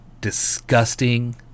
disgusting